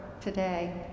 today